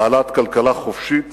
בעלת כלכלה חופשית